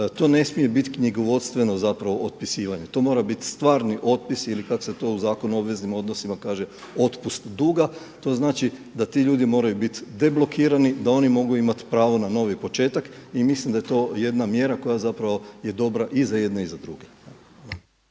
to ne smije biti knjigovodstveno zapravo otpisivanje, to mora bit stvarni otpis ili kako se to u Zakonu o obveznim odnosima kaže otpust duga. To znači da ti ljudi moraju biti deblokirani, da oni mogu imat pravo na novi početak i mislim da je to jedna mjera koja zapravo je dobra i za jedne i za druge.